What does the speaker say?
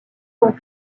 son